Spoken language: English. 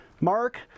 Mark